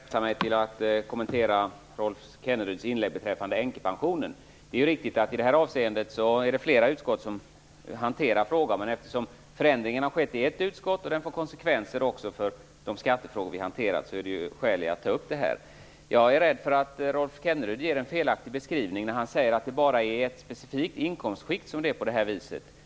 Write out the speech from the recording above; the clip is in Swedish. Herr talman! Jag skall begränsa mig till att kommentera Rolf Kenneryds inlägg beträffande änkepensionen. Det är riktigt att det är flera utskott som hanterar frågan. Men eftersom förändringen har skett i ett utskott och den får konsekvenser också för de skattefrågor vi hanterar finns det skäl att ta upp frågan. Jag är rädd för att Rolf Kenneryd ger en felaktig beskrivning när han säger att det bara är i ett specifikt inkomstskikt som det är på det här viset.